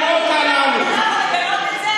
ההפגנות, זה לא קשור אליך, את זה?